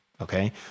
Okay